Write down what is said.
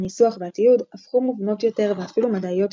הניסוח והתיעוד הפכו מובנות יותר ואפילו מדעיות יותר.